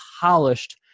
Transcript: polished